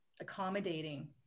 accommodating